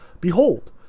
Behold